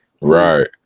Right